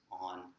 on